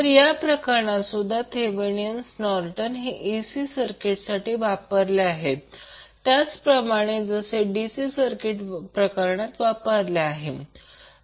तर या प्रकरणात सुद्धा थेवेनीण नॉर्टन थेरम हे AC सर्किटसाठी वापरले आहेत त्याच प्रकारे जसे DC सर्किट प्रकरणात वापरले होते